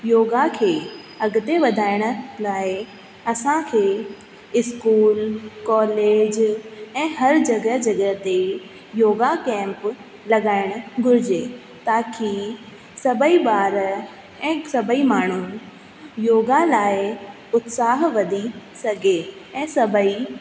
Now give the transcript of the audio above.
योगा खे अॻिते वधाइण लाइ असांखे इस्कूल कॉलेज ऐं हर जॻह जॻह ते योगा कैंप लॻाइणु घुर्जे ताकी सभई ॿार ऐं सभई माण्हू योगा लाइ उत्साह वधी सघे ऐं सभई